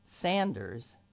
Sanders